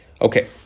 okay